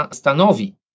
stanowi